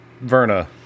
Verna